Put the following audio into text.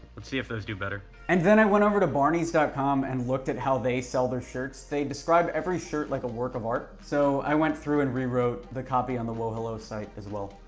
let's see if those do better. and then i went over to barneys dot com and looked at how they sell their shirts. they describe every shirt like a work of art, so i went through and re-wrote the copy on the wohello site as well.